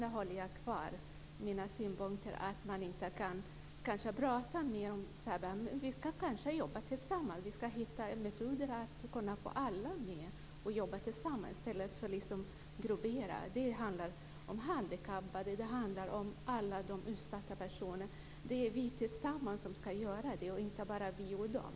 Jag vidhåller min synpunkt att man inte ska prata om särbehandling. Vi ska jobba tillsammans för att hitta metoder för att få med alla i stället för att kategorisera. Det kan gälla handikappade och andra utsatta personer. Vi ska göra det här tillsammans - annars blir det fråga om "vi och dom".